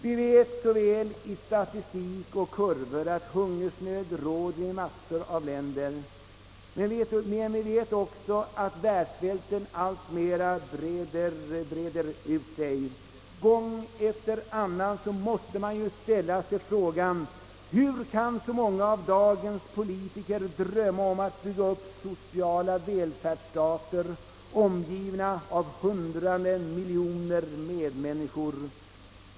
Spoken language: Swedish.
Vi vet så väl, att hungersnöd råder i massor av länder, men vi vet också att världssvälten alltmera breder ut sig. Gång efter annan måste man ställa sig frågan: Hur kan så många av dagens politiker drömma om att bygga upp sociala välfärdsstater omgivna av hungrande miljoner medmänniskor?